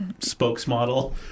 spokesmodel